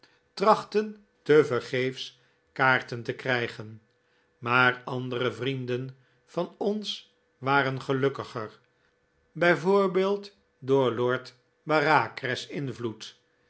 trachtten tevergeefs kaarten te verkrijgen maar andere vrienden van ons waren gelukkiger bijvoorbeeld door lord bareacres invloed